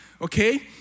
Okay